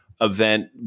event